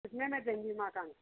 कितने में देंगी मकान